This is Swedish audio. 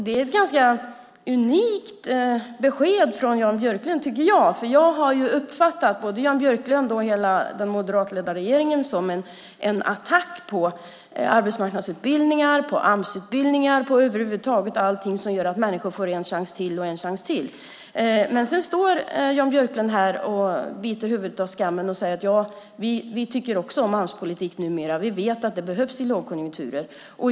Det är ett ganska unikt besked från Jan Björklund, tycker jag, för jag har uppfattat både Jan Björklund och hela den moderatledda regeringen som en attack på arbetsmarknadsutbildningar, på Amsutbildningar och över huvud taget på allting som gör att människor får en chans till och ytterligare en chans till. Men sedan står Jan Björklund här och biter huvudet av skammen och säger: Vi tycker också om Amspolitik numera, vi vet att det behövs i lågkonjunkturer.